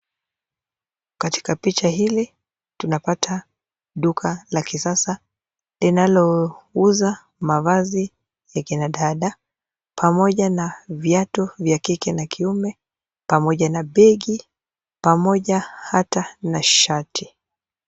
Katika picha hili tunapata duka la kisasa linalouza mavasi ya kina dada pamoja na viatu vya kike na kiume pamoja na peki pamoja hata na shati.